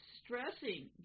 stressing